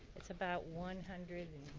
it's about one hundred